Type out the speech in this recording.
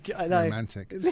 Romantic